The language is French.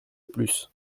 plus